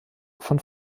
von